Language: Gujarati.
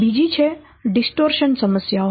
બીજી છે ડિસ્ટોર્શન સમસ્યાઓ